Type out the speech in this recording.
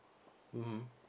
mmhmm